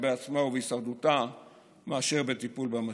בעצמה ובהישרדותה מאשר בטיפול במשבר.